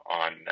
on